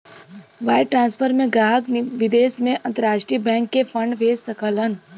wire transfer में ग्राहक विदेश में अंतरराष्ट्रीय बैंक के फंड भेज सकलन